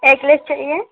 eggless चाहिए